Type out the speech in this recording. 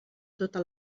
totes